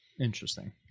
Interesting